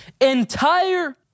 entire